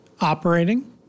operating